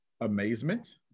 amazement